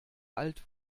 alt